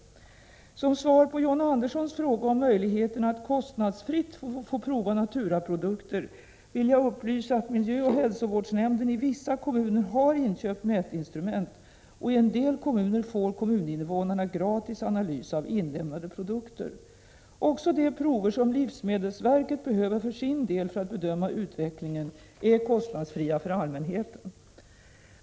Som svar på John Anderssons fråga om möjligheterna att kostnadsfritt få prova naturaprodukter vill jag upplysa att miljöoch hälsovårdsnämnden i vissa kommuner har inköpt mätinstrument och i en del kommuner får kommuninnevånarna gratis analys av inlämnade produkter. Också de prover som livsmedelsverket behöver för sin del för att bedöma utvecklingen är kostnadsfria för allmänheten.